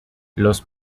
los